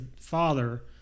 father